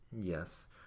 yes